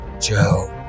Joe